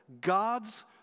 God's